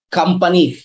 company